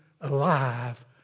alive